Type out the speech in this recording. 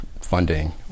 funding